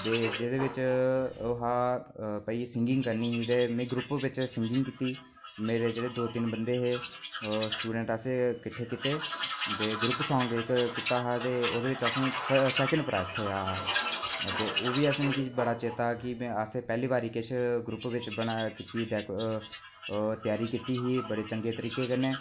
ते जेह्दे बिच्च ओह् बा भाई सिंगिंग करनी ही ते में ग्रुप बिच्च सिंगिंग कीती मेरे जेह्ड़े दो तिन्न बंदे हे स्टुडैंट असैं किट्टे कीते ते ग्रुप सांग इक कीता हा ते ओह्दे बिच्च असैं सैकऩ् प्राईज थ्होआ हा ते ओह् बी मिगी बड़ा चेत्ता ऐ कि पैह्ली बारी असें ग्रुप बिच्च कीती ही तेआरी कीती ही बड़े चंगे तरीके कन्नै